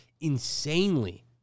insanely